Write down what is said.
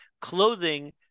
clothing